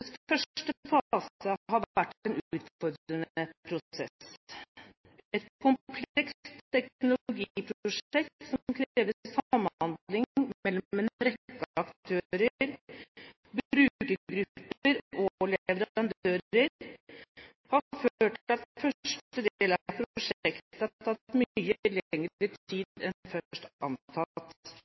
første fase har vært en utfordrende prosess. Et komplekst teknologiprosjekt som krever samhandling mellom en rekke aktører, brukergrupper og leverandører, har ført til at første del av prosjektet har tatt mye lengre tid enn